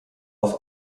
auf